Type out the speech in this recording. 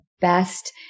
best